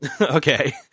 Okay